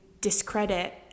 discredit